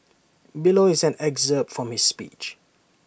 below is an excerpt from his speech